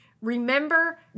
remember